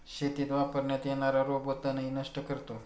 शेतीत वापरण्यात येणारा रोबो तणही नष्ट करतो